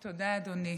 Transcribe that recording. תודה, אדוני.